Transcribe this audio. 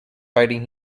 fighting